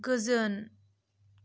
गोजोन